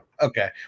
Okay